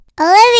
Olivia